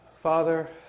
Father